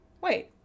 wait